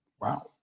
Wow